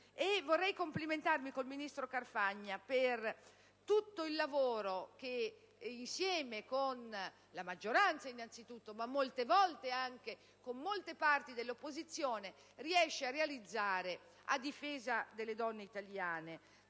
vorrei complimentarmi col ministro Carfagna per tutto il lavoro svolto, insieme alla maggioranza innanzitutto, ma molte volte anche con molte parti dell'opposizione, riesce a realizzare a difesa delle donne italiane,